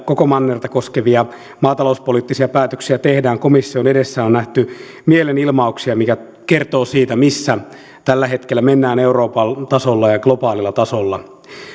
koko mannerta koskevia maatalouspoliittisia päätöksiä tehdään komission edessä on nähty mielenilmauksia mikä kertoo siitä missä tällä hetkellä mennään euroopan tasolla ja globaalilla tasolla